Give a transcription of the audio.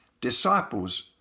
disciples